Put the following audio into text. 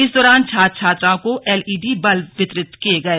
इस दौरान छात्र छात्राओं को एलईडी बल्ब वितरित किए गए